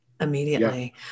immediately